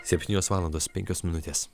septynios valandos penkios minutės